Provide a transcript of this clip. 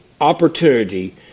opportunity